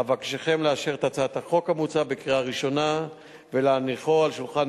אבקשכם לאשר את הצעת החוק המוצעת בקריאה ראשונה ולהניחה על שולחן